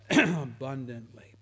abundantly